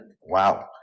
Wow